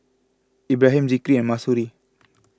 Ibrahim Zikri and Mahsuri